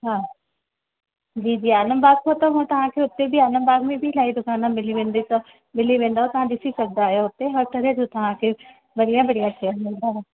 हा जी जी आलमबाग खां त मां तव्हांखे हुते आलमबाग में बि इलाही दुकान मिली अथव मिली वेंदव तव्हां ॾिसी सघंदा आहियो उते होटल में तव्हांखे बढ़िया बढ़िया शइ मिलदव